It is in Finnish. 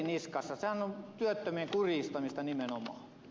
sehän on työttömien kurjistamista nimenomaan